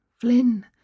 Flynn